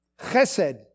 chesed